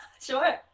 sure